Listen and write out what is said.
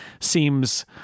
seems